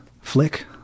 flick